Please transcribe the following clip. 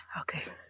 Okay